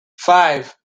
five